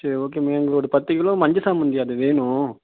சரி okay ma'am எங்களுக்கு ஒரு பத்து கிலோ மஞ்சள் சாமந்தி அது வேணும்